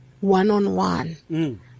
one-on-one